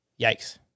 Yikes